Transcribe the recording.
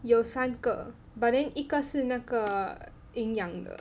有三个 but then 一个是那个营养的